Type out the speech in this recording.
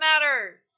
matters